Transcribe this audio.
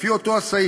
לפי אותו הסעיף,